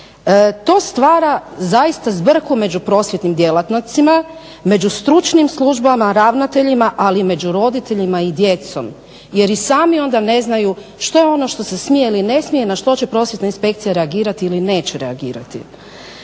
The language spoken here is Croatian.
To stvara zaista zbrku među prosvjetnim djelatnicima, među stručnim službama, ravnateljima, ali i među roditeljima i djecom jer i sami onda ne znaju što ono što se smije ili ne smije, na što će prosvjetna inspekcija reagirati ili neće reagirati.